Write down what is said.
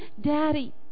Daddy